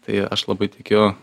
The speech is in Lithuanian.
tai aš labai tikiu